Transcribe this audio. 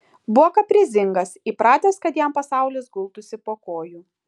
buvo kaprizingas įpratęs kad jam pasaulis gultųsi po kojų